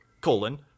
colon